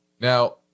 Now